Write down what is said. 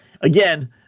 again